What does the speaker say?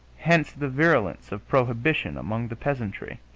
hence the virulence of prohibition among the peasantry.